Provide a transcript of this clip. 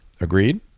Agreed